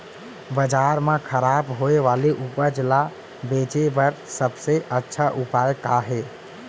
बाजार मा खराब होय वाले उपज ला बेचे बर सबसे अच्छा उपाय का हे?